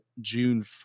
June